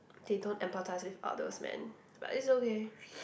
they don't emphatize with others man but it's okay